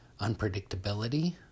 Unpredictability